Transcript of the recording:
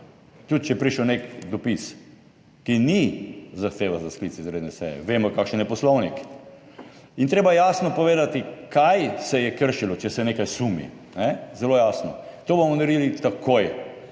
tudi če je prišel nek dopis, ki ni zahteva za sklic izredne seje. Vemo, kakšen je poslovnik. In treba je jasno povedati, kaj se je kršilo, če se nekaj sumi, zelo jasno. To bomo naredili takoj.